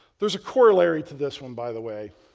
there's a corollary to this one by the way,